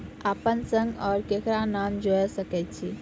अपन संग आर ककरो नाम जोयर सकैत छी?